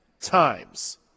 times